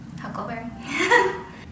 Huckleberry